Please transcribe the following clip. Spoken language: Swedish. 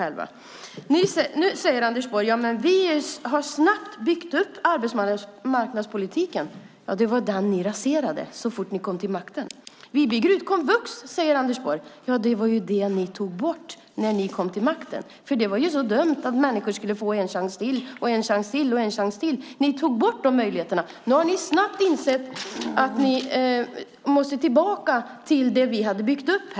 Nu säger Anders Borg: Vi har snabbt byggt upp arbetsmarknadspolitiken. Ja, det var ju den ni raserade så fort ni kom till makten. Vi bygger ut komvux, säger Anders Borg. Ja, det var det ni tog bort när ni kom till makten. Det var ju så dumt att människor skulle få en chans till och en chans till och en chans till. Ni tog bort dessa möjligheter, och nu har ni snabbt insett att ni måste tillbaka till det vi hade byggt upp.